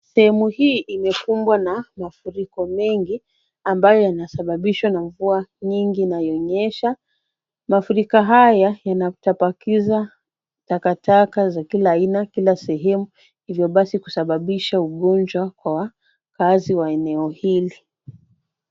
Sehemu hii imekumbwa na mafuriko mengi ambayo yanasababishwa na mvua nyingi inayonyesha. Mafuriko haya yanatapakiza takataka za kila aina kila sehemu hivyo basi kusababisha ugonjwa kwa wakaazi wa eneo hili.